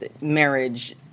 marriage